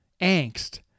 Angst